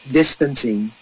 distancing